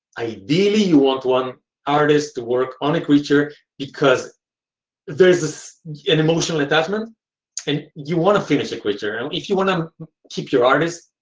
ideally you want one artist to work on a creature because there's an emotional attachment and you want to finish a creature. and if you want to keep your artists,